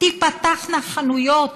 תיפתחנה חנויות